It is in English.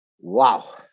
Wow